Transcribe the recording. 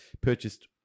purchased